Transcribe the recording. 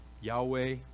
Yahweh